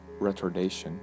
retardation